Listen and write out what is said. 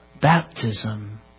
baptism